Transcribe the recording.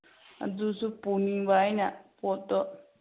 ꯑꯗꯨꯁꯨ ꯄꯨꯅꯤꯡꯕ ꯑꯩꯅ ꯄꯣꯠꯇꯣ